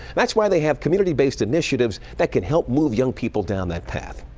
that's why they have community based initiatives that can help move young people down that path.